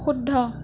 শুদ্ধ